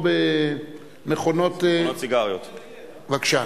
בוא, בבקשה.